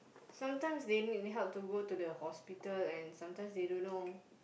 sometimes they need help to go the hospital and sometimes they don't know